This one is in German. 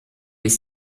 ist